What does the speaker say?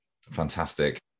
Fantastic